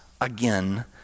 again